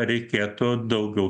reikėtų daugiau